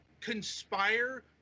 conspire